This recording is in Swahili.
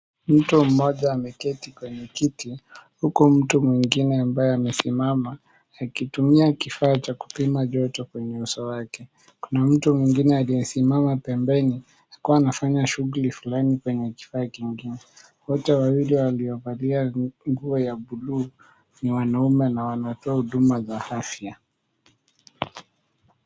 Mtu mmoja ameketi kwenye kiti huku mtu mwingine ambaye amesimama akitumia kifaa cha kupima joto kwenye uso wake. Kuna mtu mwingine aliyesimama pembeni akiwa anafanya shughuli fulani kwenye kifaa kingine. Wote wawili waliovalia nguo ya buluu ni wanaume na wanatoa huduma za afya.